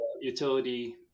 utility